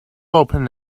open